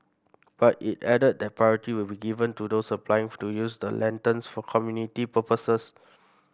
but it added that priority will be given to those applying to use the lanterns for community purposes